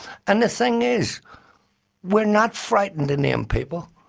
and the thing is we're not frightened to name people,